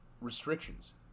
restrictions